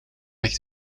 weg